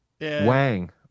Wang